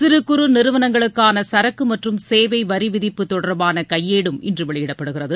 சிறு குறு நிறுவனங்களுக்கான சரக்கு மற்றும் சேவை வரி விதிப்பு தொடர்பான கையேடும் இன்று வெளியிடப்படுகிறது